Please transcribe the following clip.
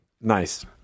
Nice